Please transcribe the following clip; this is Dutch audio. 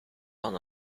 van